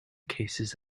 cases